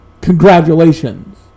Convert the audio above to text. Congratulations